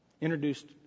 introduced